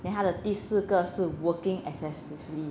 then 他的第四个是 working excessively